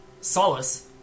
Solace